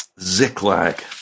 Ziklag